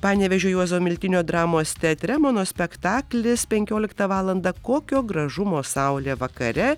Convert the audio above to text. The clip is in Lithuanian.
panevėžio juozo miltinio dramos teatre monospektaklis penkioliktą valandą kokio gražumo saulė vakare